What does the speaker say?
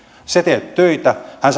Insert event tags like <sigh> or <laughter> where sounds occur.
sinä teet töitä hän <unintelligible>